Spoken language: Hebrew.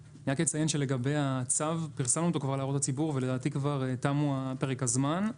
כבר פרסמנו אותו להערות הציבור ולדעתי כבר תם פרק הזמן.